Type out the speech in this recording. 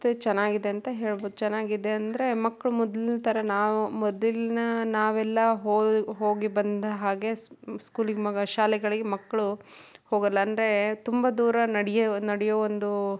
ವ್ಯವಸ್ಥೆ ಚೆನ್ನಾಗಿದೆ ಅಂತ ಹೇಳ್ಬೌದು ಚೆನ್ನಾಗಿದೆ ಅಂದರೆ ಮಕ್ಕಳು ಮೊದ್ಲಿನ ಥರ ನಾವು ಮೊದಲಿನ ನಾವೆಲ್ಲ ಹೋಗಿ ಬಂದ ಹಾಗೆ ಸ್ಕೂಲಿಗೆ ಮಗ ಶಾಲೆಗಳಿಗೆ ಮಕ್ಕಳು ಹೋಗಲ್ಲ ಅಂದರೆ ತುಂಬ ದೂರ ನಡಿಯೋ ನಡಿಯೋ ಒಂದು